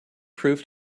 prove